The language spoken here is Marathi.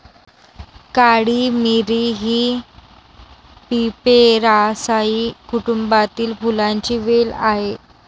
काळी मिरी ही पिपेरासाए कुटुंबातील फुलांची वेल आहे